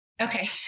Okay